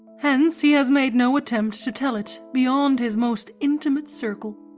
hence he has made no attempt to tell it beyond his most intimate circle.